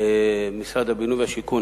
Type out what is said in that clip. משרד הבינוי והשיכון,